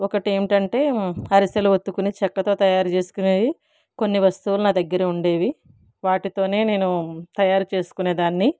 ఒకటి ఏంటంటే అరిసెలు ఒత్తుకునే చెక్కతో తయారు చేసుకునేవి కొన్ని వస్తువులు నా దగ్గర ఉండేవి వాటితోనే నేను తయారు చూసుకునేదాన్ని